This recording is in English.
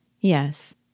Yes